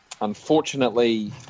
Unfortunately